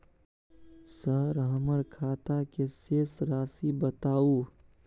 Sir हमर खाता के शेस राशि बताउ?